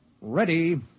Ready